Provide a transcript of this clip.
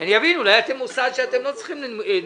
ואני אבין, אולי אתם מוסד שלא צריכים נימוקים.